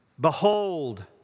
behold